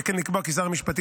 וכן לקבוע כי שר המשפטים,